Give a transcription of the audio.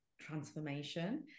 transformation